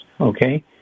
okay